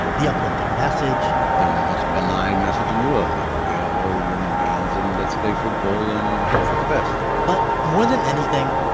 the uplifting message, the most banal message in the world, like we are all human beings and let's play football and hope for the best but more than anything,